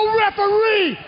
referee